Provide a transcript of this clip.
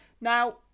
Now